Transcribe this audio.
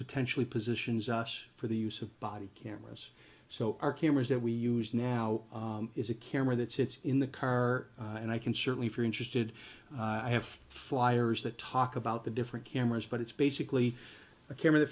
potentially positions us for the use of body cameras so our cameras that we use now is a camera that sits in the car and i can certainly if you're interested i have flyers that talk about the different cameras but it's basically a